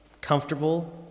comfortable